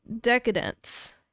Decadence